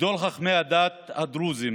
גדול חכמי הדת הדרוזים